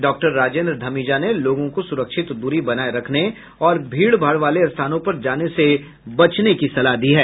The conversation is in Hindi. डॉक्टर राजेन्द्र धमीजा ने लोगों को सुरक्षित दूरी बनाए रखने और भीड़ भाड़ वाले स्थानों पर जाने से बचने की सलाह दी है